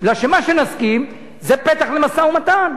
כי מה שנסכים זה פתח למשא-ומתן.